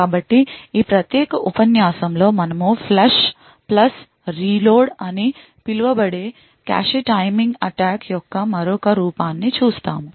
కాబట్టి ఈ ప్రత్యేక ఉపన్యాసంలో మనం ఫ్లష్ రీలోడ్ అని పిలువబడే కాష్ టైమింగ్ అటాక్ యొక్క మరొక రూపాన్ని చూస్తాము